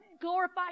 glorify